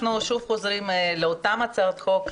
אנחנו שוב חוזרים לאותן הצעות חוק,